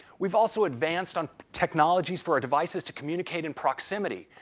we've also advanced on technologies for our devices to communicate in proximity,